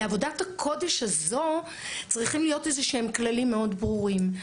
לעבודת הקודש הזאת צריכים להיות כללים מאוד ברורים.